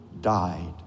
died